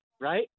right